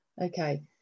Okay